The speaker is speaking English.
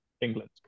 England